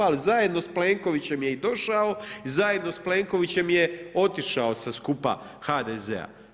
Ali zajedno sa Plenkovićem je i došao, zajedno s Plenkovićem je otišao sa skupa HDZ-a.